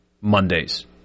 Monday's